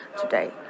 today